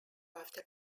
after